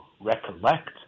recollect